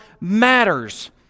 matters